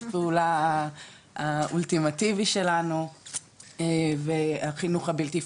פעולה האולטימטיבי שלנו והחינוך הבלתי פורמלי,